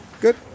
Good